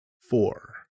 four